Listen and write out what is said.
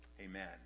Amen